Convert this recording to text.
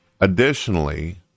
Additionally